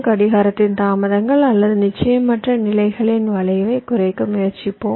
கடிகாரத்தின் தாமதங்கள் அல்லது நிச்சயமற்ற நிலைகளின் வளைவைக் குறைக்க முயற்சிப்போம்